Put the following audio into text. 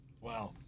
wow